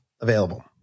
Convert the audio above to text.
available